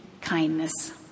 kindness